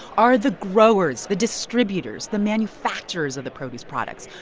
are the growers, the distributors, the manufacturers of the produce products.